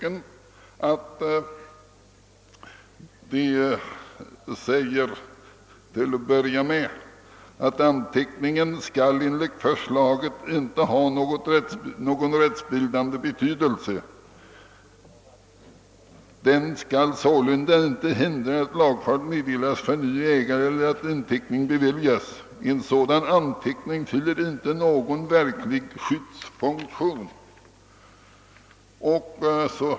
Lagrådet säger till en början, att anteckningen skall enligt förslaget inte ha någon rättsbildande betydelse. Den skall sålunda inte hindra, att lagfart meddelas för ny ägare eller att inteckning beviljas. En sådan anteckning fyl!- ler inte någon verklig skyddsfunktion.